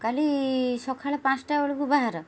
କାଲି ସକାଳେ ପାଞ୍ଚଟା ବେଳକୁ ବାହାର